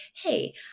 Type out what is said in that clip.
Hey